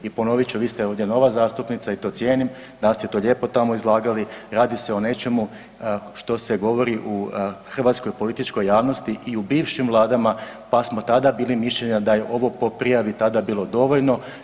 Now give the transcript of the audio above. I ponovit ću, vi ste ovdje nova zastupnica i to cijenim, danas ste to lijepo tamo izlagali, radi se o nečemu što se govori u hrvatskoj političkoj javnosti i u bivšim vladama pa smo tada bili mišljenja da je ovo po prijavi tada bilo dovoljno.